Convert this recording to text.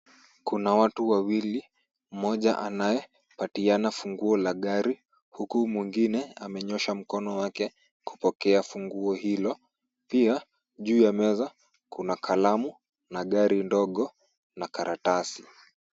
Kuna watu wawili, mmoja anayepatiana funguo la gari, huku mwingine amenyoosha mkono wake kupokea funguo hilo. Pia juu ya meza kuna kalamu na gari ndogo na karatasi.